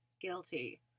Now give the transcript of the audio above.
guilty